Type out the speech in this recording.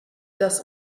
das